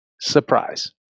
Surprise